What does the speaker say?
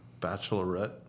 Bachelorette